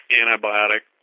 antibiotic